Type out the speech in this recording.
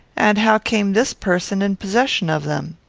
and how came this person in possession of them?